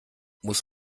muss